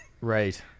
Right